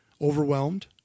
overwhelmed